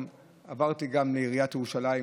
עברתי גם לעיריית ירושלים,